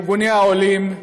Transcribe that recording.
ארגוני העולים,